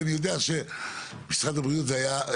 ואני יודע שמשרד הבריאות זה היה...